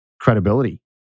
credibility